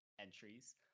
entries